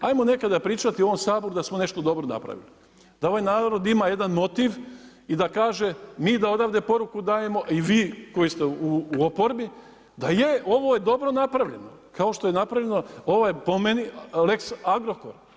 Hajmo nekada pričati u ovom Saboru da smo nešto dobro napravili, da ovaj narod ima jedan motiv i da kaže, mi da odavde poruku dajemo i vi koji ste u oporbi da je, ovo je dobro napravljeno kao što je napravljeno ovo je po meni lex Agrokor.